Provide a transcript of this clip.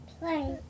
play